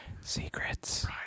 Secrets